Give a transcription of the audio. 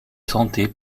sentait